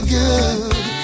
good